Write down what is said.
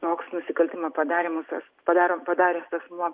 toks nusikaltimo padarymas padar padaręs asmuo